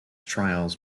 trials